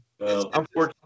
unfortunately